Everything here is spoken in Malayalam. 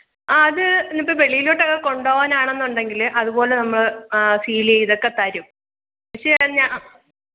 ആഹ് അത് ഇന്നിപ്പം വെളിയിലോട്ട് ഒക്കെ കൊണ്ടുപോവാനാണ് എന്ന് ഉണ്ടെങ്കിൽ അതുപോലെ നമ്മൾ സീല് ചെയ്തക്കെ തരും കഴിഞ്ഞാൽ